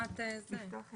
עמלות אלא פשוט לתת לכם